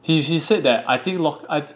he's he said that I think loc~ I thin~